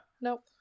Nope